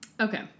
okay